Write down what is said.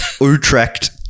Utrecht